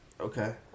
Okay